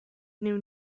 knew